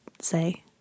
say